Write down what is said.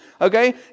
Okay